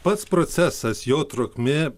pats procesas jo trukmė